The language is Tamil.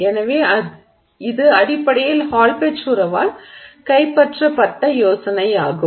எனவே இது அடிப்படையில் ஹால் பெட்ச் உறவால் கைப்பற்றப்பட்ட யோசனை ஆகும்